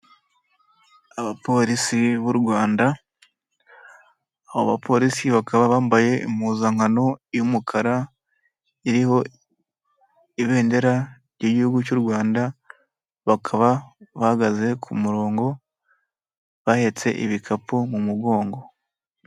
Abapolisi b'u Rwanda, aba bapolisi bakaba bambaye impuzankano y'umukara iriho ibendera ry'igihugu cy'u Rwanda, bakaba bahagaze ku murongo bahetse ibikapu mu mugongo.